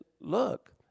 look